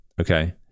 okay